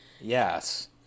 Yes